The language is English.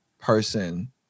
person